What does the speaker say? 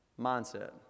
Mindset